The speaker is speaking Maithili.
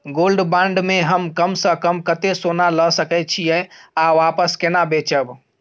गोल्ड बॉण्ड म हम कम स कम कत्ते सोना ल सके छिए आ वापस केना बेचब?